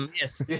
Yes